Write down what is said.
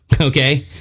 Okay